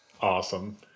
Awesome